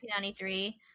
1993